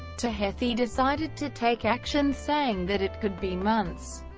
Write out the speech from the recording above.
tehethi decided to take action saying that it could be months,